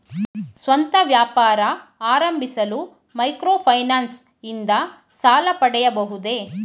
ಸ್ವಂತ ವ್ಯಾಪಾರ ಆರಂಭಿಸಲು ಮೈಕ್ರೋ ಫೈನಾನ್ಸ್ ಇಂದ ಸಾಲ ಪಡೆಯಬಹುದೇ?